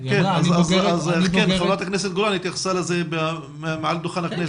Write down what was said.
חברת הכנסת גולן התייחסה לזה מעל דוכן הכנסת.